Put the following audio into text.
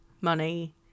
money